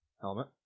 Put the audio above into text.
helmet